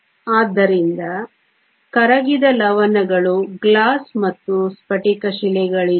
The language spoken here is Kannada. ಆದ್ದರಿಂದ ಕರಗಿದ ಲವಣಗಳು ಗ್ಲಾಸ್ ಮತ್ತು ಸ್ಫಟಿಕ ಶಿಲೆಗಳಿಲ್ಲ